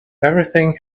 everything